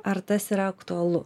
ar tas yra aktualu